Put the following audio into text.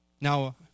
Now